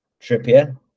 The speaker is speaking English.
Trippier